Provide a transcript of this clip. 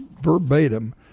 verbatim